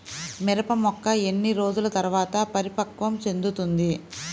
మిరప మొక్క ఎన్ని రోజుల తర్వాత పరిపక్వం చెందుతుంది?